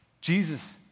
Jesus